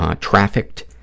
trafficked